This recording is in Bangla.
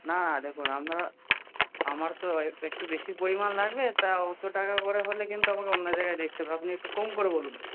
না না দেখুন আপনার আমার তো একটু বেশি পরিমাণ লাগবে তা অত টাকা করে হলে কিন্তু আমাকে অন্য জায়গায় দেখতে হবে আপনি একটু কম করে বলুন